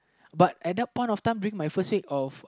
but at the point of time being my first week of